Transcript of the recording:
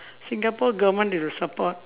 singapore government they will support